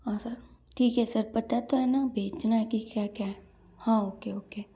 हाँ सर ठीक है सर पता तो है ना भेजना क्या क्या हाँ ओके ओके